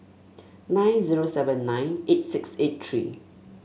nine zero seven nine eight six eight three